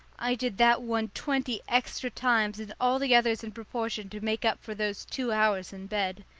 i did that one twenty extra times and all the others in proportion to make up for those two hours in bed.